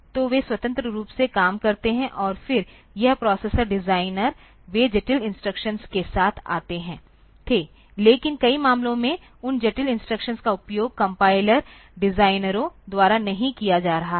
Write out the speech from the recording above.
तो वे स्वतंत्र रूप से काम करते थे और फिर यह प्रोसेसर डिजाइनर वे जटिल इंस्ट्रक्शंस के साथ आते थे लेकिन कई मामलों में उन जटिल इंस्ट्रक्शंस का उपयोग कंपाइलर डिजाइनरों द्वारा नहीं किया जा रहा है